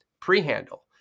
pre-handle